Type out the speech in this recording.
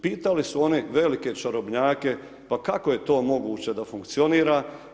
Pitali su oni velike čarobnjake, pa kako je to moguće da funkcionira?